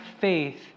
faith